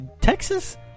Texas